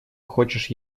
хочешь